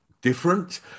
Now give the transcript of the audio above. different